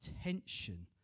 Attention